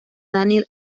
daniel